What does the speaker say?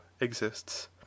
exists